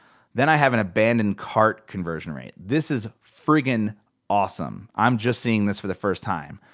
then i have an abandoned cart conversion rate. this is frigging awesome. i'm just seeing this for the first time.